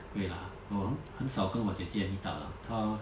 会啦我很很少跟我姐姐 meetup lah 她